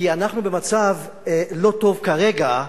כי אנחנו במצב לא טוב כרגע,